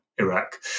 Iraq